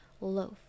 loaf